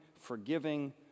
forgiving